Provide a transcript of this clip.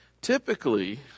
Typically